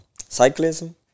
cyclism